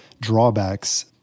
drawbacks